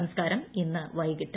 സംസ്കാരം ഇന്ന് വൈകിട്ട്